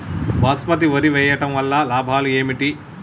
బాస్మతి వరి వేయటం వల్ల లాభాలు ఏమిటి?